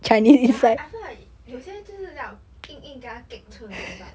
ya I I feel like 有些就是要硬硬给他 gek 出来 but